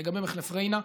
לגבי מחלף ריינה,